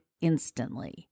instantly